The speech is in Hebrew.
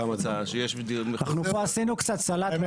אנחנו פה עשינו קצת סלט.